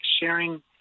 sharing